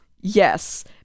Yes